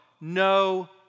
no